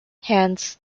hence